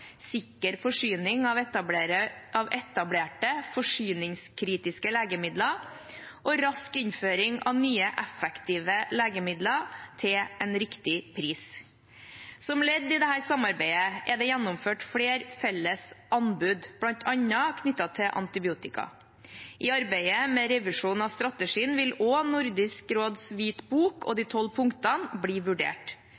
sikker forsyning av etablerte forsyningskritiske legemidler og rask innføring av nye effektive legemidler til en riktig pris. Som ledd i dette samarbeidet er det gjennomført flere felles anbud, bl.a. knyttet til antibiotika. I arbeidet med revisjon av strategien vil også Nordisk råds hvitbok og